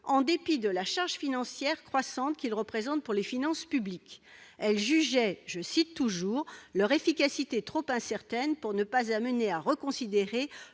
en dépit de la charge financière croissante qu'ils représentent[aient] pour les finances publiques ». Elle jugeait leur « efficacité trop incertaine pour ne pas amener à reconsidérer